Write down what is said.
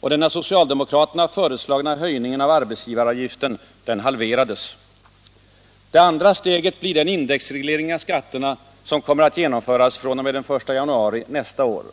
Och den av socialdemokraterna föreslagna höjningen av arbetsgivaravgiften halverades. Det andra steget blir den indexreglering av skatterna som kommer att genomföras fr.o.m. den 1 januari nästa år.